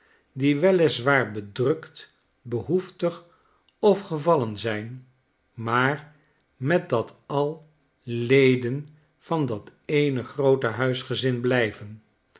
die wel is waar bedrukt behoeftig of gevallen zijn maar met dat al leden van dat eene groote huisgezin blij